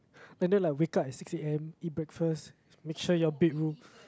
you know like wake up at six A_M eat breakfast make sure your bedroom